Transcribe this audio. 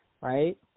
right